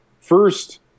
first